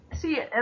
See